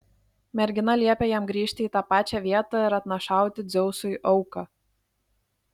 mergina liepė jam grįžti į tą pačią vietą ir atnašauti dzeusui auką